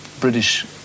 British